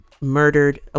murdered